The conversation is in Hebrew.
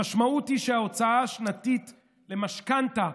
המשמעות היא שההוצאה השנתית על משכנתה,